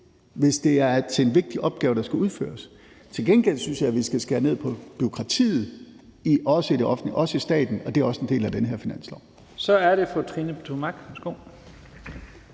hvis det er til en vigtig opgave, der skal udføres. Til gengæld synes jeg, at vi skal skære ned på bureaukratiet, også i det offentlige og også i staten, og det er også en del af den her finanslov. Kl. 17:00 Første næstformand